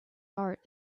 heart